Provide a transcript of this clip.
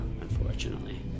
Unfortunately